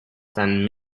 than